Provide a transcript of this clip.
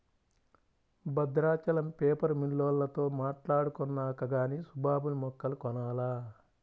Bhadrachalam paper మిల్లోల్లతో మాట్టాడుకొన్నాక గానీ సుబాబుల్ మొక్కలు కొనాల